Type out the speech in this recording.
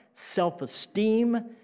self-esteem